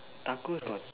tacos got